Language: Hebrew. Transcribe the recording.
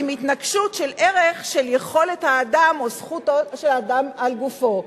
בהתנגשות עם ערך של יכולת האדם או זכותו של אדם על גופו.